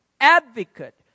advocate